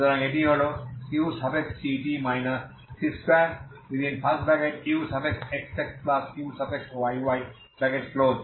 সুতরাং এটি হল utt c2uxxuyy0